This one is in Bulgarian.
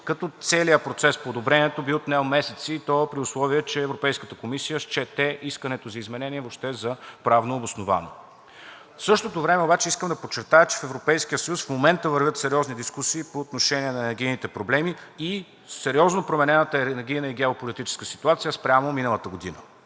като целият процес по одобрението би отнел месеци, и то при условие, че Европейската комисия счете искането за изменение въобще за правно обосновано. В същото време обаче искам да подчертая, че в Европейския съюз в момента вървят сериозни дискусии по отношение на енергийните проблеми и сериозно променената енергийна и геополитическа ситуация спрямо миналата година.